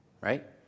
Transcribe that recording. right